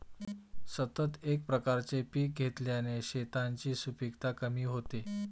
सतत एकाच प्रकारचे पीक घेतल्याने शेतांची सुपीकता कमी होते